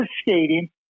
skating